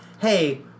hey